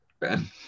Ben